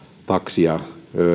takseja